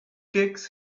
takes